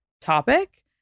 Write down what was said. topic